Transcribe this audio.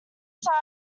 site